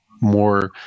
more